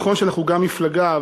נכון שאנחנו גם מפלגה,